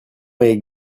est